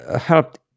helped